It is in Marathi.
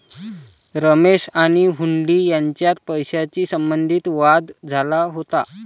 रमेश आणि हुंडी यांच्यात पैशाशी संबंधित वाद झाला होता